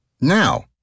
Now